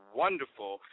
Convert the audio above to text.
wonderful